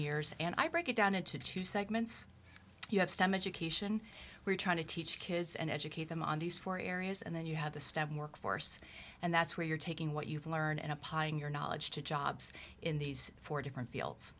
years and i break it down into two segments you have stem education we're trying to teach kids and educate them on these four areas and then you have a step workforce and that's where you're taking what you've learned appalling your knowledge to jobs in these four different fields